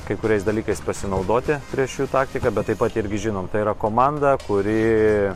kai kuriais dalykais pasinaudoti prieš jų taktiką bet taip pat irgi žinom tai yra komanda kuri